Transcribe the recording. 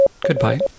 Goodbye